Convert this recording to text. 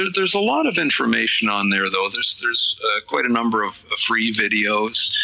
there's a lot of information on there though, there's there's quite a number of free videos,